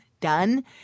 Done